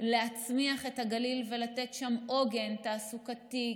להצמיח את הגליל ולתת שם עוגן תעסוקתי,